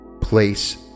place